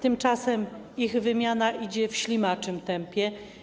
Tymczasem ich wymiana idzie w ślimaczym tempie.